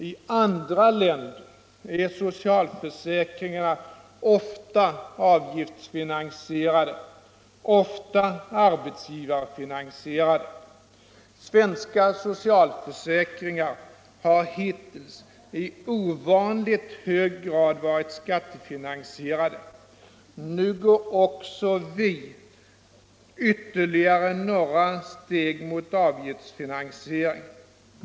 I andra länder är socialförsäkringarna ofta avgiftsfinansierade och ofta arbetsgivarfinansierade. Svenska socialförsäkringar har hittills i ovanligt hög grad varit skattefinansierade. Nu går också vi ytterligare några steg mot avgiftsfinansiering.